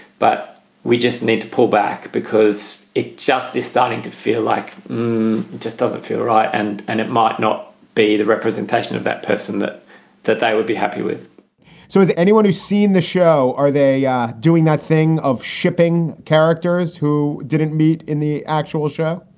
but we just need to pull back because it just is starting to feel like just doesn't feel right. and and it might not be the representation of that person that that they would be happy with so anyone who's seen the show, are they yeah doing that thing of shipping characters who didn't meet in the actual show?